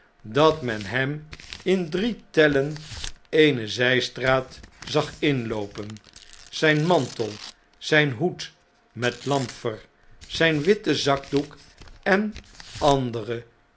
dat men hem in drie tellens eene zjjstraat zag inloopen zjjn mantel zgn hoed met lamfer zfln witten zakdoek en andere